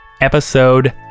episode